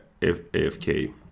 AFK